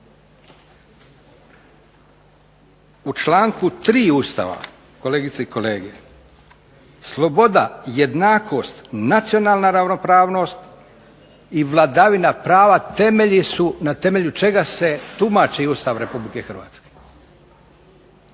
U članku 3. Ustava kolegice i kolege, sloboda, jednakost, nacionalna ravnopravnost i vladavina prava temelji su na temelju čega se tumači Ustav Republike Hrvatske.